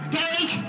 take